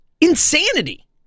insanity